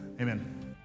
Amen